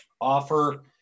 offer